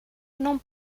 não